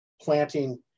planting